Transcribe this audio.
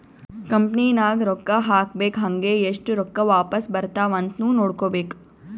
company ನಾಗ್ ರೊಕ್ಕಾ ಹಾಕ್ಬೇಕ್ ಹಂಗೇ ಎಸ್ಟ್ ರೊಕ್ಕಾ ವಾಪಾಸ್ ಬರ್ತಾವ್ ಅಂತ್ನು ನೋಡ್ಕೋಬೇಕ್